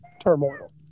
turmoil